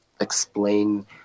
explain